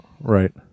right